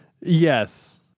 Yes